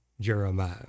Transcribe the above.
Jeremiah